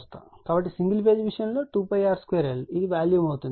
కాబట్టి single phase విషయంలో 2r2l ఇది వాల్యూమ్ అవుతుంది